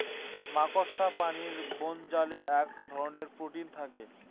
মাকড়সা প্রাণীর বোনাজালে এক ধরনের প্রোটিন থাকে